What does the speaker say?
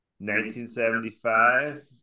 1975